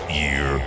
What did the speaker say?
year